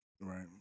Right